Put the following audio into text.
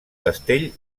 castell